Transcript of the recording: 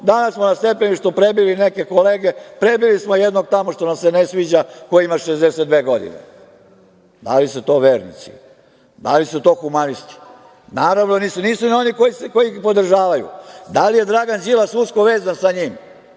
danas smo na stepeništu prebili neke kolege, prebili smo jednog tamo što nam se ne sviđa koji ima 62. godine. Da li su to vernici, da li su to humanisti? Naravno da nisu. Nisu ni oni koji ih podržavaju. Da li je Dragan Đilas usko vezan sa njim?